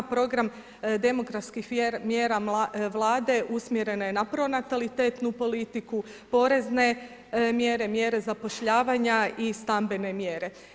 Program demografskim mjera Vlade usmjerena je na pronalatitetnu politiku, porezne mjere, mjere zapošljavanja i stambene mjere.